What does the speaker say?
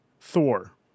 Thor